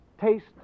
Taste